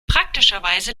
praktischerweise